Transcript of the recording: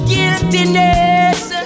Guiltiness